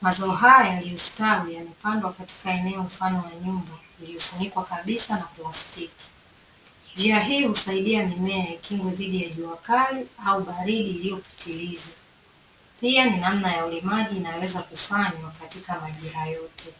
mazao haya yaliyostawi yamepandwa katika eneo mfano wa nyumba iliyofunikwa kabisa na plastiki, njia hii husaidia mimea ikingwe dhidi ya jua kali au baridi iliyopitiliza, pia ni namna ya ulimaji inaweza kufanywa katika majira yote.